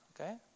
okay